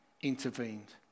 intervened